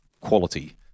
quality